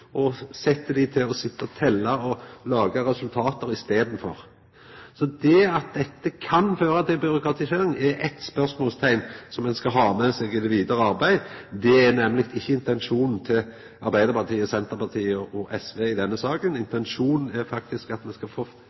og set dei til å telja og laga resultat i staden for. Så det at dette kan føra til byråkratisering, er det eit spørsmålsteikn ved som ein må ha med seg i det vidare arbeidet. Det er nemleg ikkje intensjonen til Arbeidarpartiet, Senterpartiet og SV i denne saka. Intensjonen er faktisk at me skal få